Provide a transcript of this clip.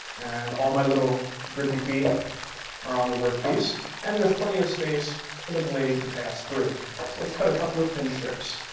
and all my little grippy feet are on the work piece and there's plenty of space for the blade to pass through. so let's cut a couple of thin strips.